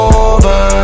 over